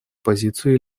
позицию